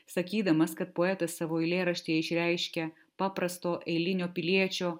sakydamas kad poetas savo eilėraštyje išreiškia paprasto eilinio piliečio